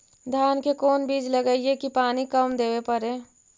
धान के कोन बिज लगईऐ कि पानी कम देवे पड़े?